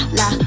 la